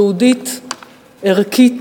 יהודית, ערכית